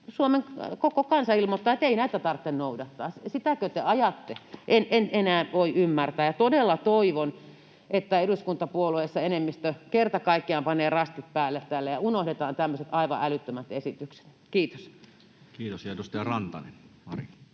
Suomen koko kansa ilmoittaa, että ei näitä tarvitse noudattaa. Sitäkö te ajatte? En enää voi ymmärtää, ja todella toivon, että eduskuntapuolueissa enemmistö kerta kaikkiaan panee rastit päälle tälle ja unohdetaan tämmöiset aivan älyttömät esitykset. — Kiitos.